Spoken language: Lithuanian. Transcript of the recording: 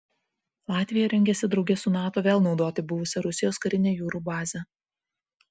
latvija rengiasi drauge su nato vėl naudoti buvusią rusijos karinę jūrų bazę